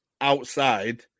outside